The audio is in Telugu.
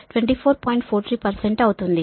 43 అవుతుంది